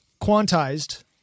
quantized